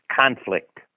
conflict